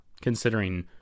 considering